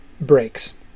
breaks